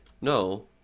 No